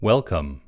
Welcome